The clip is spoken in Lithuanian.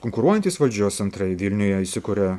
konkuruojantys valdžios centrai vilniuje įsikuria